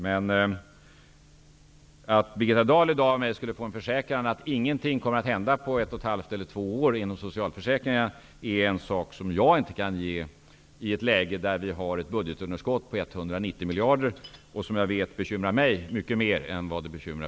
Men en försäkran till Birgitta Dahl i dag att ingenting kommer att hända på ett och ett halvt eller två år inom socialförsäkringarna kan jag inte ge i ett läge där vi har ett budgetunderskott på 190 miljarder, som jag vet bekymrar mig mycket mer än vad det bekymrar